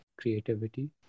creativity